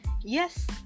yes